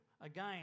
again